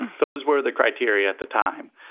those were the criteria at the time.